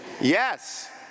Yes